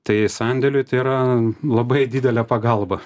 tai sandėliui tai yra labai didelė pagalba